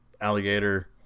Alligator